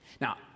Now